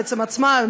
בעצמה,